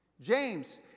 James